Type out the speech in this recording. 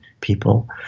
people